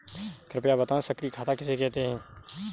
कृपया बताएँ सक्रिय खाता किसे कहते हैं?